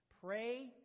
Pray